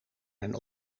zijn